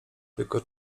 tylko